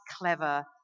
clever